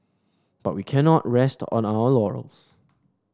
but we cannot rest on our laurels